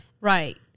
Right